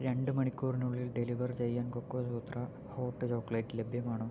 രണ്ട് മണിക്കൂറിനുള്ളിൽ ഡെലിവർ ചെയ്യാൻ കൊക്കോസൂത്ര ഹോട്ട് ചോക്ലേറ്റ് ലഭ്യമാണോ